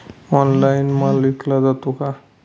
Online माल विकला जातो का?